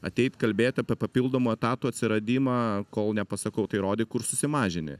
ateit kalbėt apie papildomų etatų atsiradimą kol nepasakau tai rodyk kur susimažini